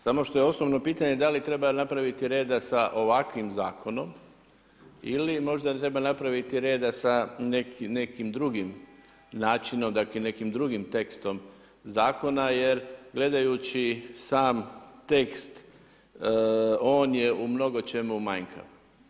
Samo što je osnovno pitanje da li treba napraviti reda sa ovakvim zakonom ili možda treba napraviti reda sa nekim drugim načinom, dakle nekim drugim tekstom zakona jer gledajući sam tekst on je u mnogočemu manjkav.